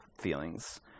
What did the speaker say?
feelings